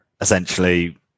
Essentially